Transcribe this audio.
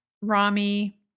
Rami